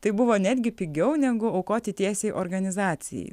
tai buvo netgi pigiau negu aukoti tiesiai organizacijai